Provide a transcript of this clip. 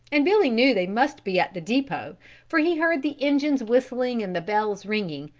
and billy knew they must be at the depot for he heard the engines whistling and the bells ringing,